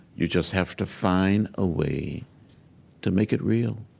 you just have to find a way to make it real